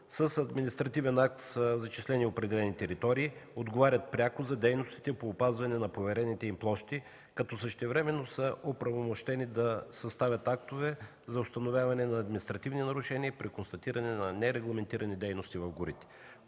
с административен акт са зачислени определени територии, отговарят пряко за дейностите по опазване на поверените им площи, като същевременно са оправомощени да съставят актове за установяване на административни нарушения при констатиране на нерегламентирани дейности в горите.